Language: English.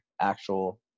actual